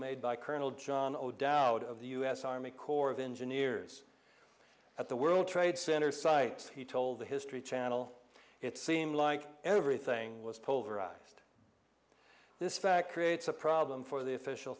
made by colonel john o'dowd of the us army corps of engineers at the world trade center site he told the history channel it seemed like everything was pulverized this fact creates a problem for the official